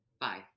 Bye